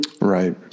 right